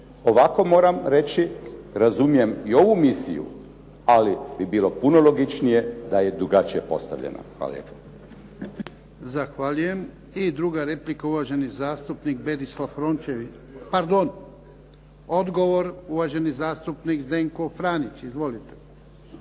ovako moram reći, razumijem i ovu misiju ali bi bilo puno logičnije da je drugačije postavljeno. Hvala